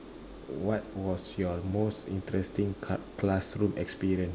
what was your most interesting cla~ classroom experience